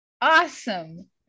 Awesome